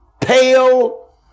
pale